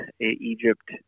Egypt